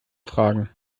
fragen